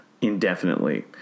indefinitely